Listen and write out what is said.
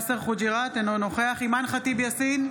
אינו נוכח אימאן ח'טיב יאסין,